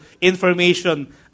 information